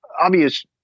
obvious